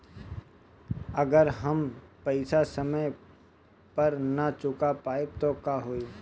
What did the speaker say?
अगर हम पेईसा समय पर ना चुका पाईब त का होई?